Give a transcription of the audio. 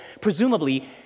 Presumably